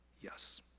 yes